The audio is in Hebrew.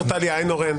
מפרופ' טליה איינהורן.